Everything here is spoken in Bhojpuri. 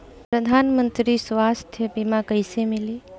प्रधानमंत्री स्वास्थ्य बीमा कइसे मिली?